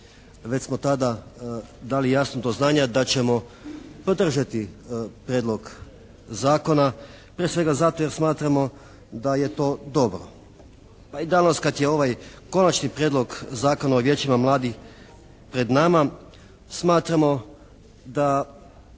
već smo tada dali jasno do znanja da ćemo podržati prijedlog zakona, prije svega zato jer smatramo da je to dobro. Pa i danas kad je ovaj Konačni prijedlog Zakona o Vijećima mladima pred nama smatramo da